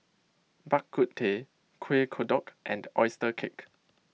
Bak Kut Teh Kueh Kodok and Oyster Cake